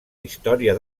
història